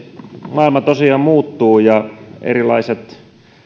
maailma tosiaan muuttuu ja erilaiset